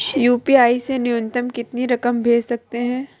UPI से न्यूनतम कितनी रकम भेज सकते हैं?